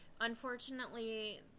unfortunately